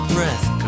Breath